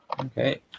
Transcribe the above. Okay